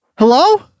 Hello